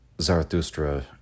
Zarathustra